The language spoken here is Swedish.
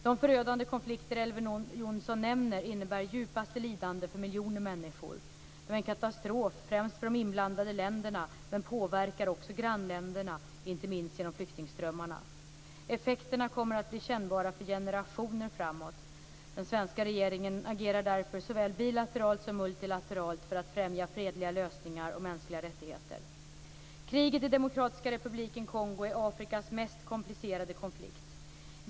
De förödande konflikter Elver Jonsson nämner innebär djupaste lidande för miljoner människor. De är en katastrof främst för de inblandade länderna men påverkar också grannländerna, inte minst genom flyktingströmmarna. Effekterna kommer att bli kännbara för generationer framåt. Den svenska regeringen agerar därför såväl bilateralt som multilateralt för att främja fredliga lösningar och mänskliga rättigheter. Kriget i Demokratiska republiken Kongo är Afrikas mest komplicerade konflikt.